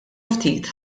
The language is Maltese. ftit